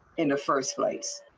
in the first flights.